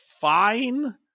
fine